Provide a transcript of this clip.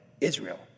Israel